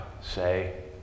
say